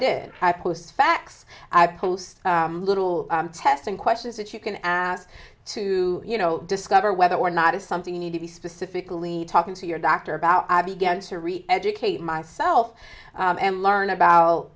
did i post facts i post little test and questions that you can ask to you know discover whether or not it's something you need to be specifically talking to your doctor about i began to read educate myself and learn about